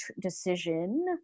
decision